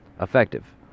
effective